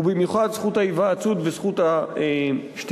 ובמיוחד זכות ההיוועצות וזכות השתיקה.